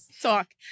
talk